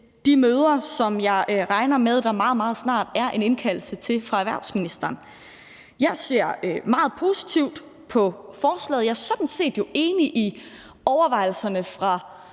de møder, som jeg regner med der meget, meget snart er en indkaldelse til fra erhvervsministeren. Jeg ser meget positivt på forslaget, og jeg er jo sådan set enig i overvejelserne fra